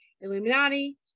illuminati